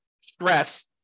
stress